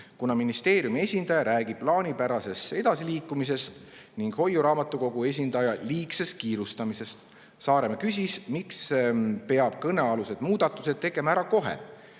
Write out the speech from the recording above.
et ministeeriumi esindaja räägib plaanipärasest edasiliikumisest, aga hoiuraamatukogu esindaja liigsest kiirustamisest. Saaremäe küsis, miks peab kõnealused muudatused tegema ära kohe,